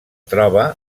troba